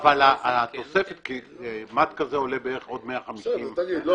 אבל תוספת מד כזה עולה בערך עוד 150 שקל.